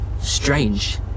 strange